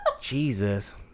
Jesus